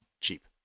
cheap